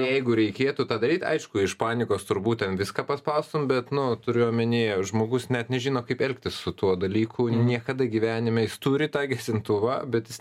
jeigu reikėtų tą daryt aišku iš panikos turbūt ten viską paspaustum bet nu turiu omeny žmogus net nežino kaip elgtis su tuo dalyku niekada gyvenime jis turi tą gesintuvą bet jis